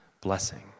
blessing